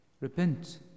Repent